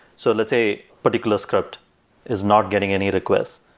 so let's say particular script is not getting any requests.